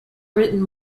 written